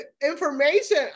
information